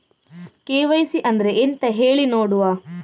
KYC ಅಂದ್ರೆ ಎಂತ ಹೇಳಿ ನೋಡುವ?